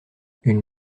une